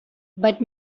but